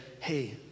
hey